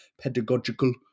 pedagogical